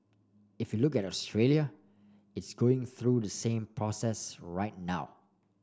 if you look at Australia it's going through the same process right now